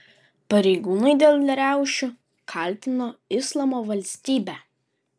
pareigūnai dėl riaušių kaltino islamo valstybę